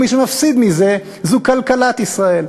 ומי שמפסיד מזה זו כלכלת ישראל.